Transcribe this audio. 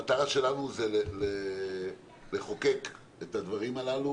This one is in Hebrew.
המטרה שלנו לחוקק את הדברים האלה,